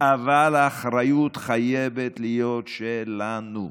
אבל האחריות חייבת להיות שלנו,